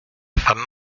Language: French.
femmes